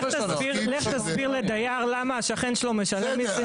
לך תסביר לדייר למה השכן שלו משלם מיסים.